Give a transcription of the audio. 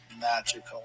magical